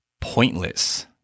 Pointless